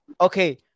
okay